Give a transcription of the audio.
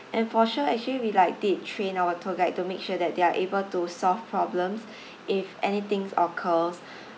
and for sure actually we like did train our tour guide to make sure that they're able to solve problem if anything occur